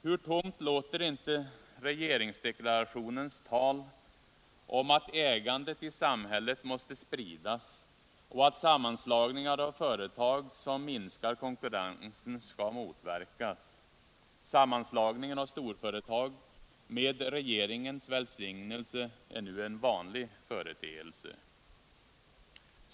Hur tomt låter inte regeringsdeklarationens tal om att ägandet i samhället måste spridas och att sammanslagningar av företag som minskar konkurrensen skall motverkas! Sammanslagningen av storföretag med regeringens välsignelse är ju nu en vanlig företeelse.